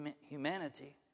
humanity